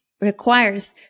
requires